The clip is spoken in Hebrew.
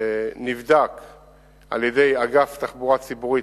לטענתם, הדרך צרה ופתלתלה, תהום פעורה לצדה,